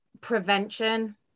prevention